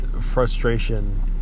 frustration